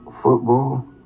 football